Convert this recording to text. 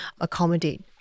accommodate